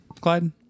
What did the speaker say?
Clyde